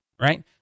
Right